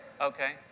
Okay